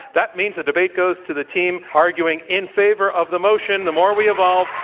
that means the debate goes to the team arguing in favor of the motion the more we evolve,